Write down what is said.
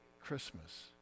Christmas